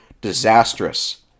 disastrous